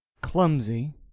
clumsy